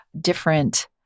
different